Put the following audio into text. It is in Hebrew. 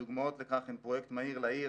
הדוגמאות לכך הם פרויקט מהיר לעיר.